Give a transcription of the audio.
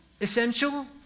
essential